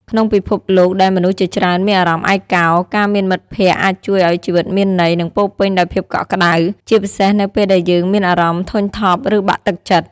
ក្នុងពិភពលោកដែលមនុស្សជាច្រើនមានអារម្មណ៍ឯកោ ការមានមិត្តភក្តិអាចជួយឱ្យជីវិតមានន័យ និងពោរពេញដោយភាពកក់ក្តៅ ជាពិសេសនៅពេលដែលយើងមានអារម្មណ៍ធុញថប់ ឬបាក់ទឹកចិត្ត។